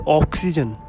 oxygen